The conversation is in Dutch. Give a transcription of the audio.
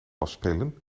afspelen